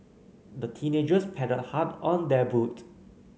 the teenagers paddled hard on their boat